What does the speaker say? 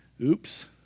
oops